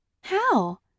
How